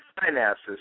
finances